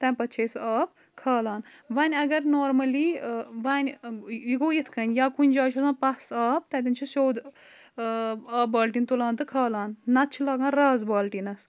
تَمہِ پَتہٕ چھِ أسۍ آب کھالان وۄنۍ اگر نارمٔلی وۄنۍ یہِ گوٚو یِتھ کَنۍ یا کُنہِ جایہِ چھُ آسان پَس آب تَتٮ۪ن چھِ سیوٚد آب بالٹیٖن تُلان تہٕ کھالان نَتہٕ چھُ لَگان رَز بالٹیٖنَس